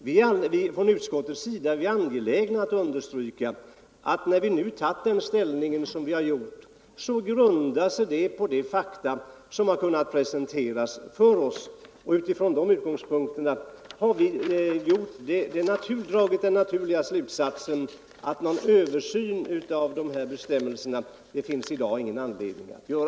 Vi inom utskottsmajoriteten är angelägna att understryka att när vi nu tagit den ställning som vi gjort grundar sig detta på de fakta som har kunnat presenteras för oss. Utifrån dessa utgångspunkter har vi dragit den naturliga slutsatsen att någon översyn av bestämmelserna finns det i dag ingen anledning att göra.